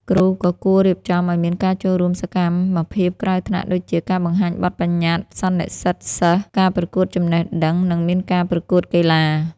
គ្រូក៏គួររៀបចំឱ្យមានការចូលរួមសកម្មភាពក្រៅថ្នាក់ដូចជា ការបង្ហាញបទបញ្ញត្តិ សន្និសីទសិស្ស ការប្រកួតចំណេះដឹង និងមានការប្រកួតកីឡា។